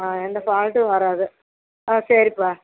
ஆ எந்த ஃபால்ட்டும் வராது ஆ சரிப்பா